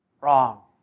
Wrong